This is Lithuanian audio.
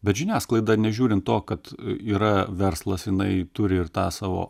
bet žiniasklaida nežiūrint to kad yra verslas jinai turi ir tą savo